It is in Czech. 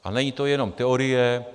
A není to jenom teorie.